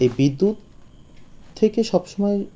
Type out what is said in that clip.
এ বিদ্যুৎ থেকে সবসময়